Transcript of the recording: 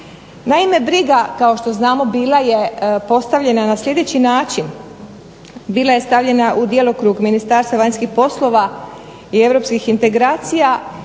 Naime, briga kao što znamo bila je postavljena na sljedeći način, bila je stavljena u djelokrug Ministarstva vanjskih poslova i europskih integracija